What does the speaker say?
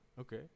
okay